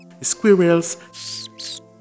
squirrels